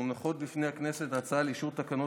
מונחת בפני הכנסת הצעה לאישור התקנות,